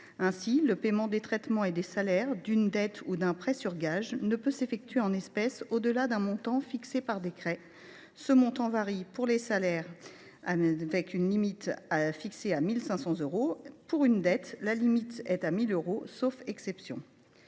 Ainsi, le paiement des traitements et des salaires, d’une dette ou d’un prêt sur gage ne peut s’effectuer en espèces au delà d’un montant fixé par décret. Ce montant varie : pour les salaires, la limite est fixée à 1 500 euros ; pour une dette, elle est de 1 000 euros, sauf exception.